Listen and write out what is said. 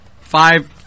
five